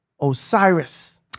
Osiris